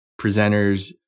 presenters